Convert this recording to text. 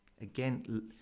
again